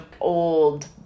old